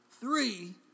three